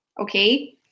Okay